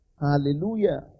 hallelujah